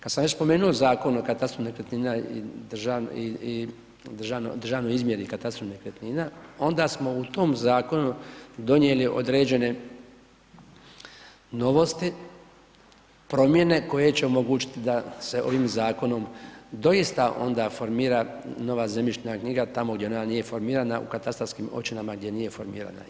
Kad sam već spomenuo Zakon o katastru nekretnina i državnoj izmjeri katastru nekretnina, onda smo u tom zakonu donijeli određene novosti, promjene koje će omogućiti da se ovim zakonom doista onda formira nova zemljišna knjiga, tamo gdje ona nije formirana u katastarskim općinama gdje nije formirana.